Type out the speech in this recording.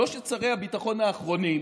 שלושת שרי הביטחון האחרונים